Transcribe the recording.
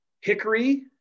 Hickory